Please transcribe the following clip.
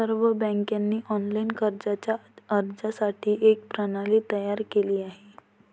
सर्व बँकांनी ऑनलाइन कर्जाच्या अर्जासाठी एक प्रणाली तयार केली आहे